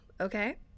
okay